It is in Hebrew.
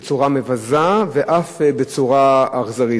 בצורה מבזה ואף בצורה אכזרית.